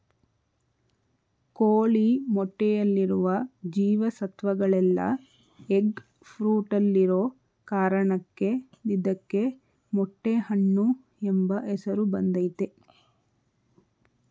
ಕೋಳಿ ಮೊಟ್ಟೆಯಲ್ಲಿರುವ ಜೀವ ಸತ್ವಗಳೆಲ್ಲ ಎಗ್ ಫ್ರೂಟಲ್ಲಿರೋ ಕಾರಣಕ್ಕೆ ಇದಕ್ಕೆ ಮೊಟ್ಟೆ ಹಣ್ಣು ಎಂಬ ಹೆಸರು ಬಂದಯ್ತೆ